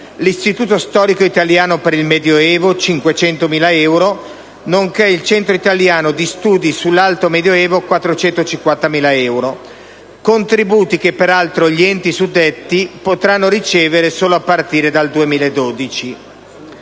l'Istituto storico italiano per il medio evo (500.000 euro), nonché il Centro italiano di studi sull'alto medioevo (450.000 euro), contributi che peraltro gli enti suddetti potranno ricevere solo a partire dal 2012.